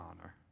honor